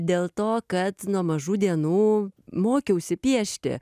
dėl to kad nuo mažų dienų mokiausi piešti